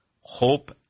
hope